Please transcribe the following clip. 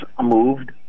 moved